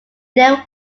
then